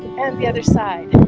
and the other side